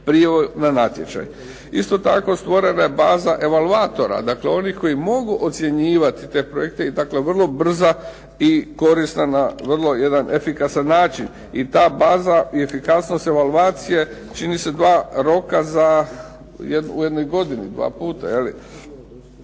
Isto tako stvorena je baza evalvatora, dakle oni koji mogu ocjenjivati projekte i vrlo brzo i korisno na jedan efikasan način. I ta baza i efikasnost evalvacije čini se dva roka u jednoj godini, dva puta,